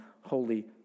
Holy